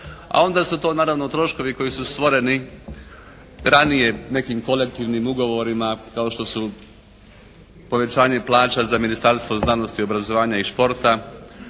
a onda su to naravno troškovi koji su stvoreni ranije nekim kolektivnim ugovorima kao što su povećanje plaća za Ministarstvo znanosti, obrazovanja i športa,